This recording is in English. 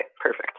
perfect